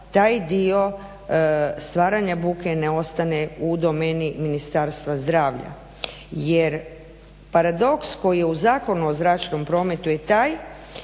taj dio stvaranja buke ne ostane u domeni Ministarstva zdravlja, jer paradoks koji je u Zakonu o zračnom prometu je taj